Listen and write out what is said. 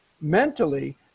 mentally